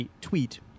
tweet